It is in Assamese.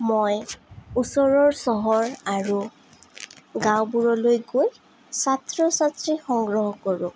মই ওচৰৰ চহৰ আৰু গাঁওবোৰলৈ গৈ ছাত্ৰ ছাত্ৰী সংগ্ৰহ কৰোঁ